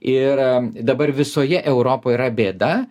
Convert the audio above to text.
ir dabar visoje europoje yra bėda